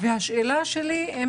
השאלה שלי אם